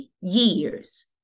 years